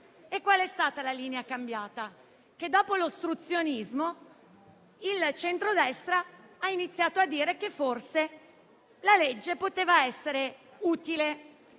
è cambiata la linea. Dopo l'ostruzionismo, il centrodestra ha iniziato a dire che forse la legge poteva essere utile